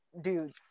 dudes